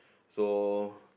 so